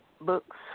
books